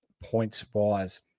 points-wise